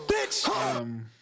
bitch